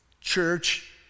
church